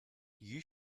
you